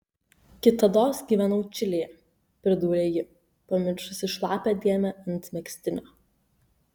kitados gyvenau čilėje pridūrė ji pamiršusi šlapią dėmę ant megztinio